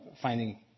finding